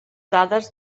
dades